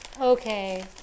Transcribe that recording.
Okay